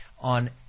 on